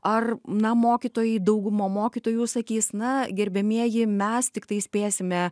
ar na mokytojai dauguma mokytojų sakys na gerbiamieji mes tiktai spėsime